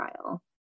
trial